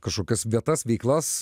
kažkokias vietas veiklas